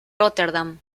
rotterdam